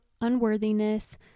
unworthiness